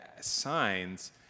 signs